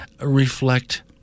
reflect